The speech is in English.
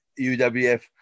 UWF